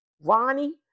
Ronnie